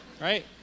Right